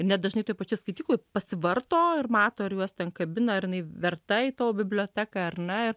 ir net dažnai toj pačioj skaitykloj pasivarto ir mato ar juos ten kabina ar jinai verta į tavo biblioteką ar ne